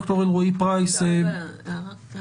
ד"ר אלרעי-פרייס --- אפשר רגע הערה קטנה?